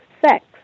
sex